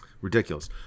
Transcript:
Ridiculous